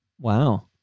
Wow